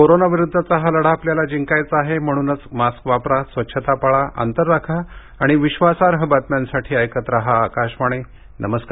कोरोनाविरुद्धचा हा लढा आपल्याला जिंकायचा आहे म्हणूनच मास्क वापरा स्वच्छता पाळा अंतर राखा आणि विश्वासार्ह बातम्यांसाठी ऐकत रहा आकाशवाणी नमस्कार